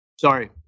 Sorry